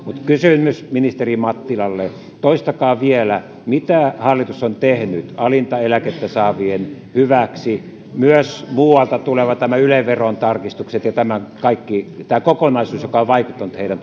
kysymys ministeri mattilalle toistakaa vielä mitä hallitus on tehnyt alinta eläkettä saavien hyväksi myös muualta tuleva yle veron tarkistukset ja tämä kaikki tämä kokonaisuus joka on vaikuttanut heidän